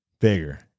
bigger